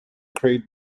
crate